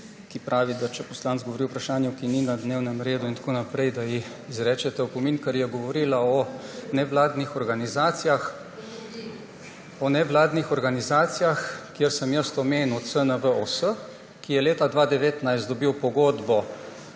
ki pravi, da če poslanec govori o vprašanju, ki ni na dnevnem redu in tako naprej, se izreče opomin, ker je govorila o nevladnih organizacijah, kjer sem jaz omenil CNVOS, ki je leta 2019 dobil pogodbo